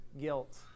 guilt